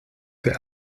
für